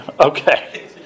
Okay